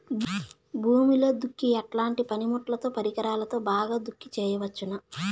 భూమిలో దుక్కి ఎట్లాంటి పనిముట్లుతో, పరికరాలతో బాగా దుక్కి చేయవచ్చున?